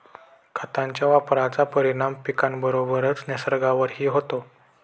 खतांच्या वापराचा परिणाम पिकाबरोबरच निसर्गावरही होतो